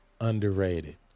underrated